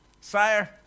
sire